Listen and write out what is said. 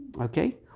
Okay